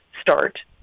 start